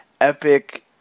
Epic